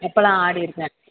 அப்பெலாம் ஆடி இருக்கேன்